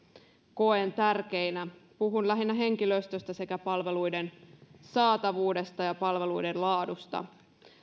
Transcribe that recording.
koen tärkeinä puhun lähinnä henkilöstöstä sekä palveluiden saatavuudesta ja palveluiden laadusta